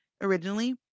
originally